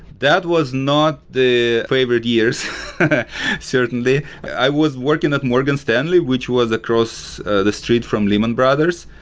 that was not the favorite years certainly. i was working at morgan stanley, which was across the street from lehman brothers.